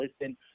listen